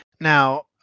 now